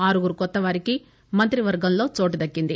ఆరుగురు కొత్తవారికి మంత్రివర్గంలో చోటుదక్కింది